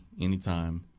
anytime